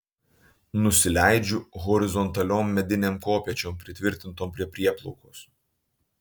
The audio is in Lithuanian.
nusileidžiu horizontaliom medinėm kopėčiom pritvirtintom prie prieplaukos